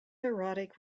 erotic